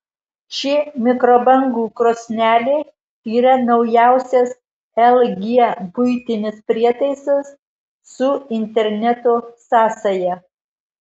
ši mikrobangų krosnelė yra naujausias lg buitinis prietaisas su interneto sąsaja